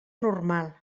normal